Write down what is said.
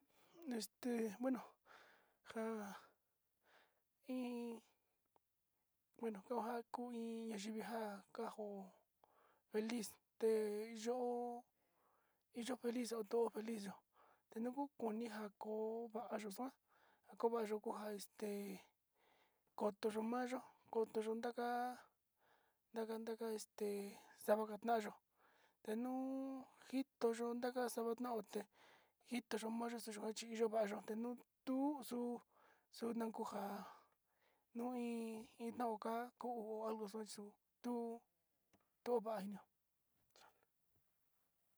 Este bueno njan iin bueno kao njan kuu iin ña'a yinja kanjo feliz te'e, yo'o hi yo'o felix oto'o feliz yo'ó tunuko koni njan njoko, vayuu xua akova yuu kua este koto yuu mayo koto yuu kua ndakan ndaka este, xangan ndayo'ó tenuu njito yuu xakataka nao té njitomaya xundate njito yó ndaka xavanao té njitoyo mayu xhii yate tinutu xuu, xuu nanko nja'a nuu iin, iinauka ko'o algo xauxeo tu tuu tuvaina.